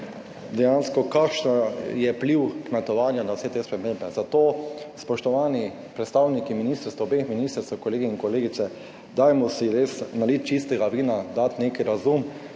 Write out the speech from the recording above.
dejansko kakšen je vpliv kmetovanja na vse te spremembe, zato spoštovani predstavniki ministrstva, obeh ministrstev, kolegi in kolegice, dajmo si res naliti čistega vina, dati nek razum